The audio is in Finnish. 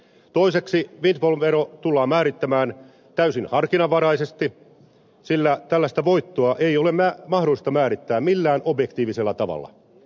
toiseksi windfall vero tullaan määrittämään täysin harkinnanvaraisesti sillä tällaista voittoa ei ole mahdollista määrittää millään objektiivisella tavalla